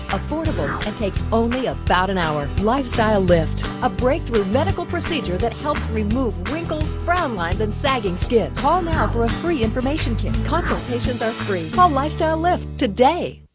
affordable, and takes only about an hour. lifestyle lift, a breakthrough medical procedure that helps remove wrinkles, frown lines and sagging skin. call now for a free information kit. consultations are free. call um lifestyle lift today.